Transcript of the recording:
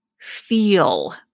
feel